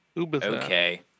Okay